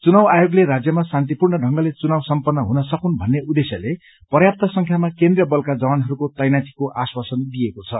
चुनाव आयोगले राज्यमा शान्तिपूर्ण ढंगले चुनाव सम्पन्न हुन सकून् भन्ने उद्देश्यले पर्याप्त संख्यामा केन्द्रीय बलका जवानहरूको तैनाथीको आश्वासन दिइएको छ